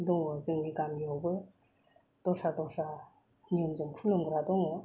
दङ जोंनि गामियावबो दस्रा दस्रा नियमजों खुलुमग्रा दङ